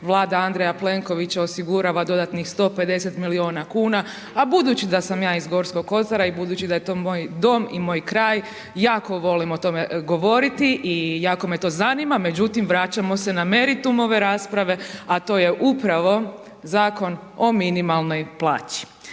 Vlada Andreja Plenkovića osigurava dodatnih 150 miliona kuna, a budući da sam ja iz Gorskog kotara i budući da je to moj dom i moj kraj jako volim o tome govoriti i jako me to zanima, međutim vraćamo se na meritum ove rasprave, a to je upravo Zakon o minimalnoj plaći.